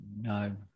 No